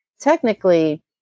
technically